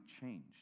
changed